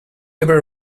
ever